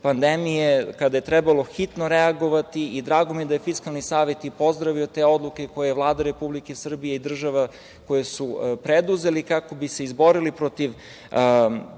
pandemije, kada je trebalo hitno reagovati, i drago mi je da je Fiskalni savet pozdravio te odluke koje je Vlada Republike Srbije i država preduzeli, kako bi se izborili protiv